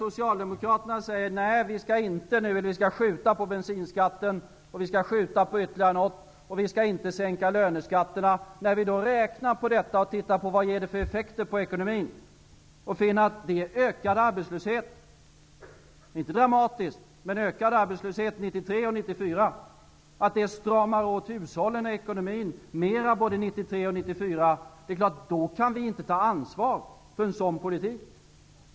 Socialdemokraterna säger: Nej, vi skall skjuta på höjningen av bensinskatten och ytterligare något annat, och vi skall inte sänka löneskatterna. När man räknar på detta och ser vad det ger för effekter på ekonomin, finner man att det ger ökad arbetslöshet -- inte dramatiskt, men dock en ökad arbetslöshet -- 1993 och 1994. Det stramar åt mer för hushållen och ekonomin både 1993 och 1994. Då kan inte vi ta ansvar för en sådan politik.